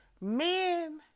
men